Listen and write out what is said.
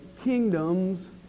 kingdoms